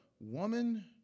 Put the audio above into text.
Woman